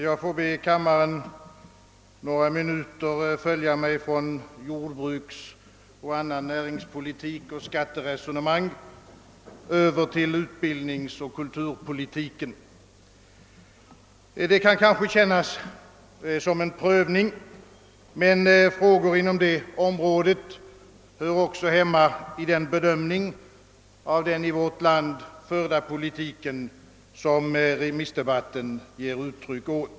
Får jag be kammaren att några minuter följa mig från jordbruksfrågor, näringspolitik och skatteresonemang över till utbildningsoch kulturpolitiken. Det kan kanske kännas som en prövning, men frågor inom det området hör också hemma i den bedömning av den i vårt land förda politiken, som görs i remissdebatten.